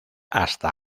hasta